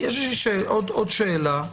יש לי עוד שאלה.